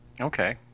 okay